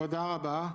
תודה רבה.